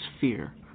fear